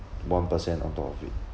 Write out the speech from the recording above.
one percent on top of it